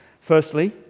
Firstly